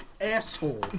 asshole